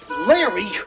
Larry